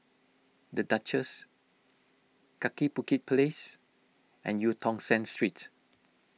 the Duchess Kaki Bukit Place and Eu Tong Sen Street